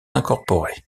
incorporée